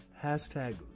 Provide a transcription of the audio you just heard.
Hashtag